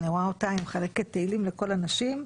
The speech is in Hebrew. היא מחלקת תהילים לכל הנשים.